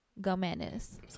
Gomez